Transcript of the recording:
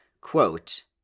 quote